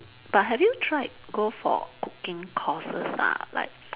but have you tried go for cooking courses ah like